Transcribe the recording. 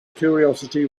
curiosity